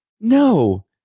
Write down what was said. No